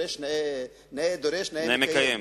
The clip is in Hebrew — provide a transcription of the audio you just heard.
נאה דורש נאה מקיים.